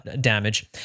damage